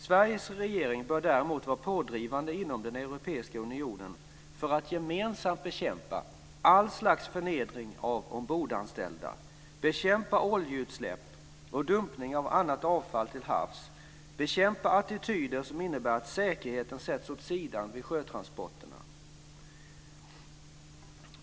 Sveriges regering bör däremot vara pådrivande inom den europeiska unionen för att gemensamt bekämpa all slags förnedring av ombordanställda, bekämpa oljeutsläpp och dumpning av annat avfall till havs samt bekämpa attityder som innebär att säkerheten sätts åt sidan vid sjötransporterna.